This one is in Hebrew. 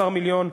18 מיליון,